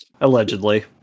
Allegedly